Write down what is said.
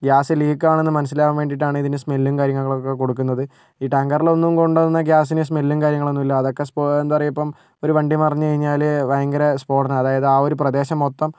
gas leak ആണ് എന്ന് മനസ്സിലാക്കാൻ വേണ്ടിയിട്ടാണ് ഇതിനു സ്മെല്ലും കാര്യങ്ങളൊക്കെ കൊടുക്കുന്നത് ഈ ടാങ്കറിൽ ഒന്നും കൊണ്ട് വരുന്ന ഗ്യാസിന് സ്മെല്ലും കാര്യങ്ങളൊന്നും ഇല്ല അതൊക്കെ എന്താ പറയുക ഇപ്പോൾ ഒരു വണ്ടി മറിഞ്ഞു കഴിഞ്ഞാൽ ഭയങ്കര സ്ഫോടനം അതായത് ആ ഒരു പ്രദേശം മൊത്തം